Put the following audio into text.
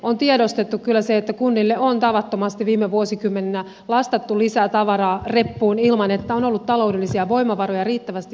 on tiedostettu kyllä se että kunnille on tavattomasti viime vuosikymmeninä lastattu lisää tavaraa reppuun ilman että on ollut taloudellisia voimavaroja riittävästi osoittaa sinne